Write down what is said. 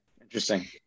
interesting